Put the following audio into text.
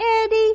Eddie